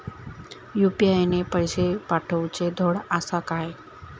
UPI ने पैशे पाठवूचे धड आसा काय?